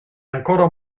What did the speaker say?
ancora